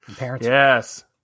Yes